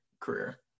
career